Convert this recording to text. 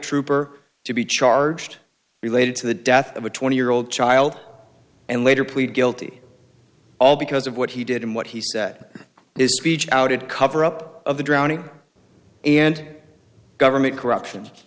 trooper to be charged related to the death of a twenty year old child and later plead guilty all because of what he did and what he said his speech outed cover up of the drowning and government corruption